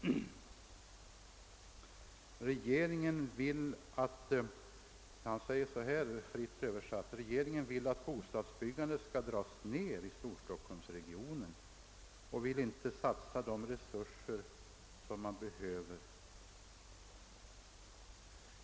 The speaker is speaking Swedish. Fritt översatt säger han så här: Regeringen vill att bostadsbyggandet skall dras ned i Storstockholmsregionen och vill inte satsa de resurser som behövs.